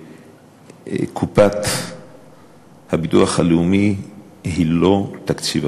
שקופת הביטוח הלאומי היא לא תקציב המדינה.